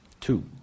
Two